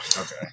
Okay